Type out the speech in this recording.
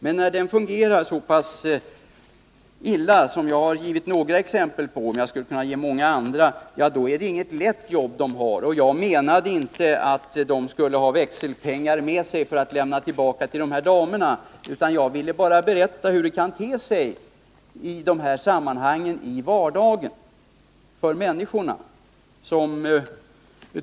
Men när den fungerar så illa som jag exemplifierat — jag skulle kunna anföra många andra exempel — är det inget lätt jobb de har. Jag menade inte att konduktörerna skulle ha växelpengar med sig för att lämna tillbaka till damerna — jag ville bara berätta hur det kan te sig för människorna i vardagen i dessa sammanhang.